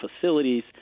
facilities